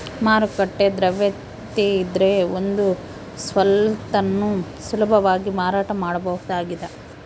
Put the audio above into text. ಮಾರುಕಟ್ಟೆ ದ್ರವ್ಯತೆಯಿದ್ರೆ ಒಂದು ಸ್ವತ್ತನ್ನು ಸುಲಭವಾಗಿ ಮಾರಾಟ ಮಾಡಬಹುದಾಗಿದ